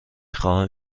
خواهم